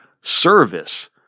service